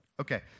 Okay